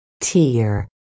Tear